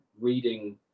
reading